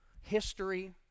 history